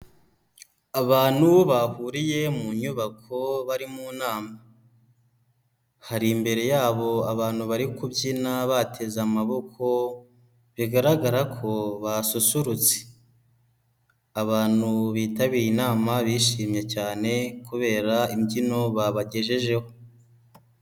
Abantu bahuriye mu nyubako bari mu nama. hari imbere yabo abantu bari kubyina bateze amaboko bigaragara ko basusurutse. Abantu bitabiriye inama bishimye cyane kubera imbyino babagejejeho.